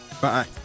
bye